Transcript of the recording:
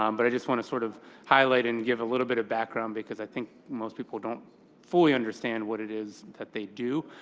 um but i just want to sort of highlight and give a little bit of background because i think most people don't fully understand what it is that they do.